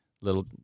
little